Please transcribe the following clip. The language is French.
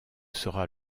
sera